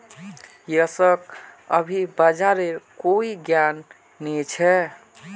यशक अभी बाजारेर कोई ज्ञान नी छ